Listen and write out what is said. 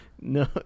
No